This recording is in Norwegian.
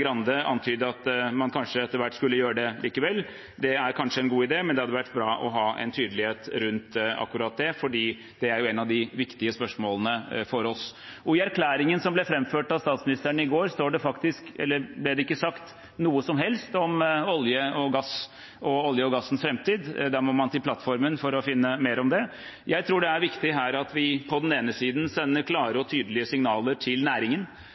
Grande antyde at det kanskje etter hvert skulle gjøre det likevel. Det er kanskje en god idé, men det hadde vært bra å ha en tydelighet rundt akkurat det, for det er et av de viktige spørsmålene for oss. I erklæringen som ble framført av statsministeren i går, ble det ikke sagt noe som helst om olje og gass og om oljen og gassens framtid. Man må til plattformen for å finne mer om det. Jeg tror det her er viktig at vi på den ene siden sender klare og tydelige signaler til næringen